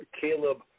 Caleb